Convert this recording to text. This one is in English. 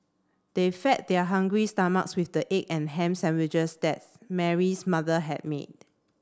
they fed their hungry stomachs with the egg and ham sandwiches that Mary's mother had made